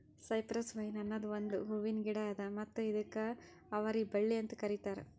cypress vine ಅನದ್ ಒಂದು ಹೂವಿನ ಗಿಡ ಅದಾ ಮತ್ತ ಇದುಕ್ ಅವರಿ ಬಳ್ಳಿ ಅಂತ್ ಕರಿತಾರ್